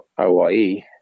OIE